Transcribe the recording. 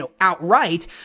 outright